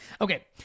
Okay